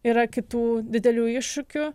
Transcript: yra kitų didelių iššūkių